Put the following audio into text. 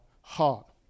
heart